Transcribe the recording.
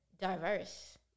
diverse